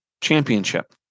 championship